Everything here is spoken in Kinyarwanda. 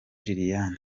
liliane